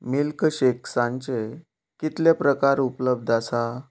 milk शेक्सांचे कितले प्रकार उपलब्ध आसा